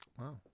Wow